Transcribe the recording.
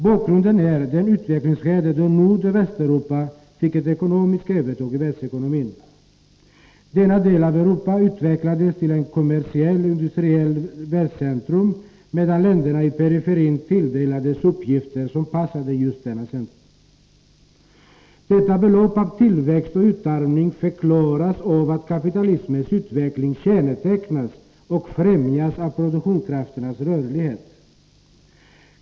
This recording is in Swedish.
Bakgrunden är det utvecklingsskede då Nordoch Västeuropa fick ett ekonomiskt övertag i världsekonomin. Denna del av Europa utvecklades till ett kommersiellt och industriellt världscentrum, medan länderna i periferin tilldelades uppgifter som passade just detta centrum. Detta förlopp av tillväxt och utarmning förklaras av att kapitalismens utveckling kännetecknas och främjas av produktionskrafternas rörlighet.